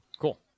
Cool